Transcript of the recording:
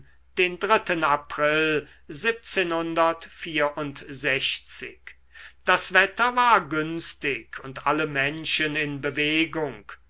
den april das wetter war günstig und alle menschen in bewegung